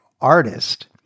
artist